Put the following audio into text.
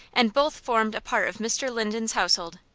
and both formed a part of mr. linden's household,